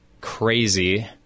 crazy